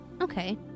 Okay